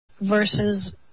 versus